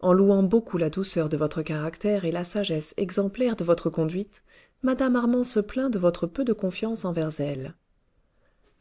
en louant beaucoup la douceur de votre caractère et la sagesse exemplaire de votre conduite mme armand se plaint de votre peu de confiance envers elle